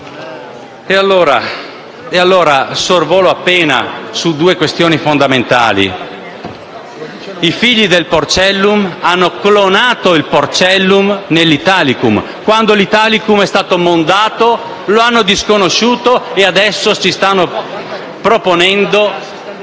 M5S)*. Sorvolo appena su due questioni fondamentali. I figli del Porcellum hanno clonato il Porcellum nell'Italicum e quando quest'ultimo è stato mondato lo hanno disconosciuto e adesso ci stanno proponendo